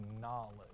knowledge